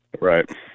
right